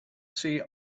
see